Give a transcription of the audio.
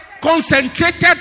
Concentrated